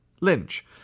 Lynch